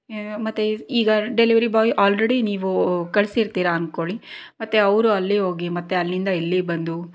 ಮತ್ತೆ ಈಗ delivery boy already ನೀವು ಕಳ್ಸಿರ್ತೀರ ಅಂದ್ಕೊಳ್ಳಿ ಮತ್ತೆ ಅವರು ಅಲ್ಲಿ ಹೋಗಿ ಮತ್ತೆ ಅಲ್ಲಿಂದ ಇಲ್ಲಿ ಬಂದು